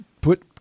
put